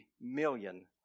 million